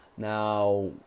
Now